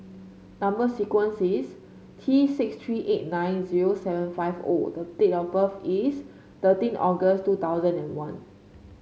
number sequence is T six three eight nine zero seven five O the date of birth is thirteen August two thousand and one